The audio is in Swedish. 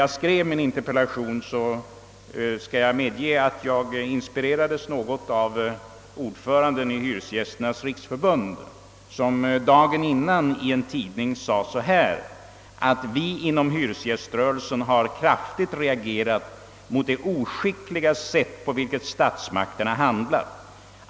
Jag medger att jag vid skrivningen av min interpellation något inspirerades av ordföranden i Hyresgästernas riksförbund, som dagen innan i en tidning hade uttalat: »Vi inom hyresgäströrelsen har kraftigt reagerat mot det oskickliga sätt på vilket statsmakterna handlat.